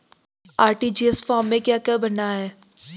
RTGS form में क्या क्या भरना है?